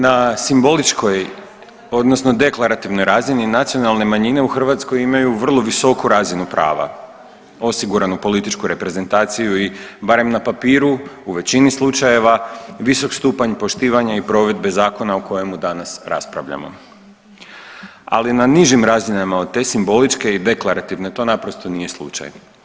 Na simboličkoj odnosno deklarativnoj razini nacionalne manjine u Hrvatskoj imaju vrlo visoku razinu prava, osiguranu političku reprezentaciju i barem na papiru u većini slučajeva visok stupanj poštivanja i provedbe zakona o kojemu danas raspravljamo, ali na nižim razinama od te simboličke i deklarativne to naprosto nije slučaj.